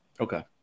Okay